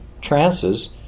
Trances